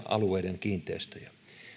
alueiden kiinteistöjä